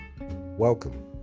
welcome